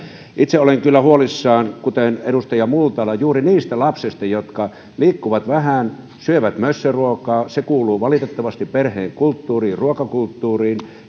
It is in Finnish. itse olen kyllä huolissani kuten edustaja multala juuri niistä lapsista jotka liikkuvat vähän syövät mössöruokaa se kuuluu valitettavasti perheen kulttuuriin ja ruokakulttuuriin